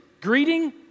greeting